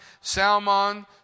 Salmon